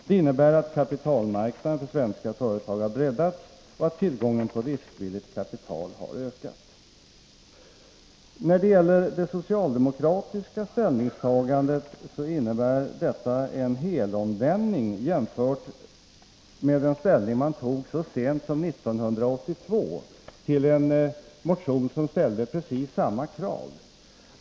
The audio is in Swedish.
Det innebär att kapitalmarknaden för svenska företag har breddats och att tillgången på riskvilligt kapital har ökat.” Det socialdemokratiska ställningstagandet på denna punkt innebär en helomvändning jämfört med den ställning man intog så sent som 1982 till en motion med precis samma krav.